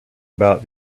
about